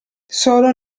solo